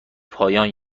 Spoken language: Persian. پایان